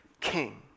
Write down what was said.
king